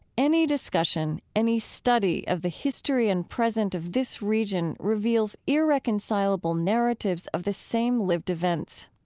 any discussion, any study of the history and present of this region reveals irreconcilable narratives of the same lived events.